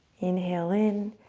inhale in,